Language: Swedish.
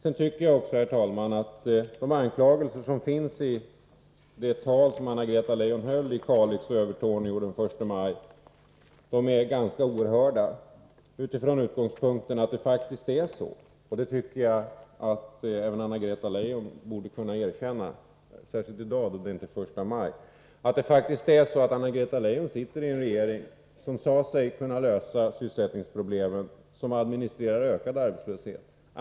Sedan tycker jag också, herr talman, att de anklagelser som finns i det tal som Anna-Greta Leijon höll i Kalix och Övertorneå den 1 maj är ganska oerhörda utifrån utgångspunkten att Anna-Greta Leijon faktiskt sitter i en regering — och det borde hon kunna erkänna, särskilt i dag då det inte är 1 maj — som sade sig kunna lösa sysselsättningsproblemen men som nu administrerar en ökad arbetslöshet.